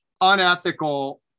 unethical